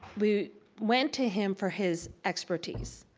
we went to him for his expertise.